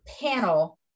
panel